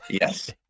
Yes